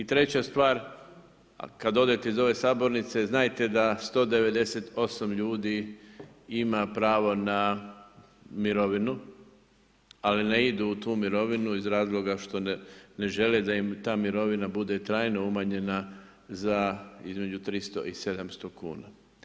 I treća stvar kad odete iz ove sabornice znajte da 198 ljudi ima pravo na mirovinu, ali ne idu u tu mirovinu iz razloga što ne žele da im ta mirovina bude trajno umanjena za između 300 i 700 kuna.